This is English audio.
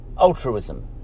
altruism